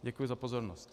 Děkuji za pozornost.